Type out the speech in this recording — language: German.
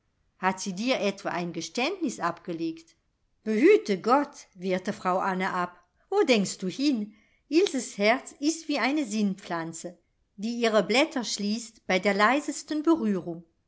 hat sie dir etwa ein geständnis abgelegt behüte gott wehrte frau anne ab wo denkst du hin ilses herz ist wie eine sinnpflanze die ihre blätter schließt bei der leisesten berührung